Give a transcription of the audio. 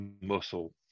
muscle